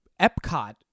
Epcot